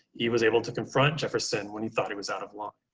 he was able to confront jefferson when he thought he was out of line.